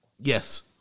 Yes